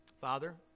Father